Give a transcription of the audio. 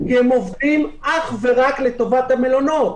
כי הם עובדים אך ורק לטובת המלונות.